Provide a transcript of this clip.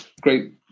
great